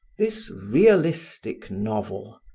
this realistic novel,